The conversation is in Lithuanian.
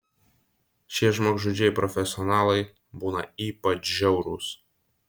šie žmogžudžiai profesionalai būna ypač žiaurūs